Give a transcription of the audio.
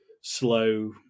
slow